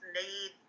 need